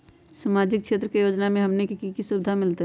सामाजिक क्षेत्र के योजना से हमनी के की सुविधा मिलतै?